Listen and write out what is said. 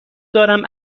دارم